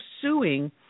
suing